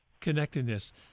Connectedness